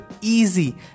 easy